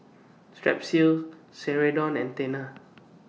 Strepsils Ceradan and Tena